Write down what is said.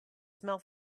smell